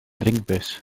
drinkbus